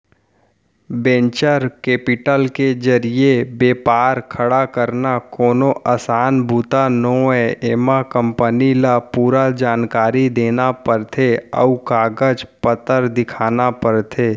venture capital के जरिए बेपार खड़ा करना कोनो असान बूता नोहय एमा कंपनी ल पूरा जानकारी देना परथे अउ कागज पतर दिखाना परथे